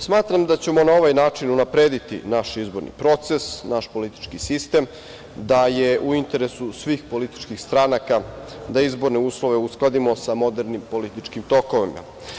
Smatram da ćemo na ovaj način unaprediti naš izborni proces, naš politički sistem, da je u interesu svih političkih stranaka da izborne uslove uskladimo sa modernim političkim tokovima.